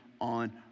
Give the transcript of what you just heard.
on